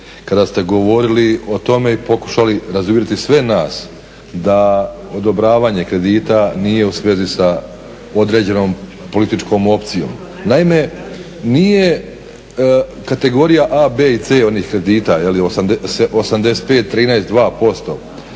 kada ste govorili o tome i pokušali razuvjeriti sve nas da odobravanje kredita nije u svezi sa određenom političkom opcijom. Naime, nije kategorija A, B i C onih kredita, 85,13,2%.